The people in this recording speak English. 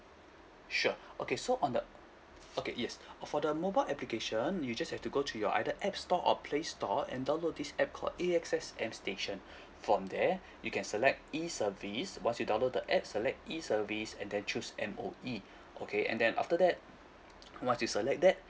sure okay so on the okay yes uh for the mobile application you just have to go to your either app store or play store and download this app called A_X_S M station from there you can select E service once you download the app select E service and then choose M_O_E okay and then after that once you select that